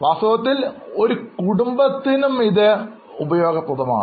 വാസ്തവത്തിൽ ഇത് ഒരു കുടുംബത്തിനും ഉപയോഗപ്രദമാണ്